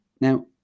now